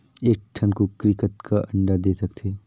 एक ठन कूकरी कतका अंडा दे सकथे?